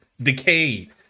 decayed